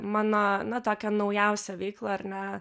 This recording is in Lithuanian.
mano na tokią naujausią veiklą ar ne